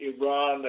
Iran